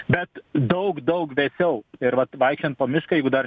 bet daug daug vėsiau ir vat vaikščiojant po mišką jeigu dar